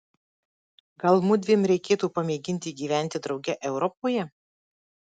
gal mudviem reikėtų pamėginti gyventi drauge europoje